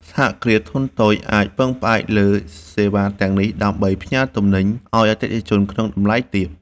សហគ្រាសធុនតូចអាចពឹងផ្អែកលើសេវាទាំងនេះ ដើម្បីផ្ញើទំនិញឱ្យអតិថិជនក្នុងតម្លៃទាប។